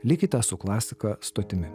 likite su klasika stotimi